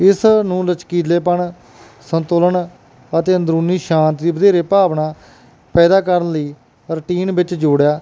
ਇਸ ਨੂੰ ਲਚਕੀਲੇਪਣ ਸੰਤੁਲਨ ਅਤੇ ਅੰਦਰੂਨੀ ਸ਼ਾਂਤੀ ਦੀ ਵਧੇਰੇ ਭਾਵਨਾ ਪੈਦਾ ਕਰਨ ਲਈ ਰੁਟੀਨ ਵਿੱਚ ਜੋੜਿਆ